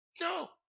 No